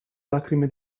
lacrime